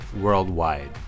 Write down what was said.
worldwide